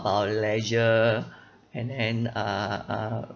uh leisure and then uh uh